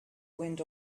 wind